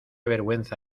vergüenza